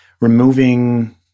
Removing